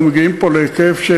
אנחנו מגיעים פה להיקף,